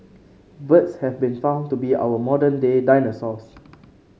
birds have been found to be our modern day dinosaurs